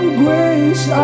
grace